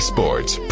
Sports